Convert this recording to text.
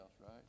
right